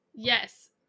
Yes